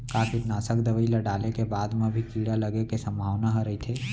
का कीटनाशक दवई ल डाले के बाद म भी कीड़ा लगे के संभावना ह रइथे?